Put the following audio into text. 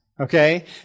okay